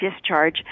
discharge